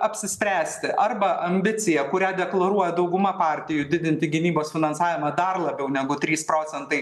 apsispręsti arba ambicija kurią deklaruoja dauguma partijų didinti gynybos finansavimą dar labiau negu trys procentai